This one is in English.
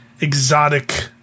exotic